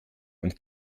und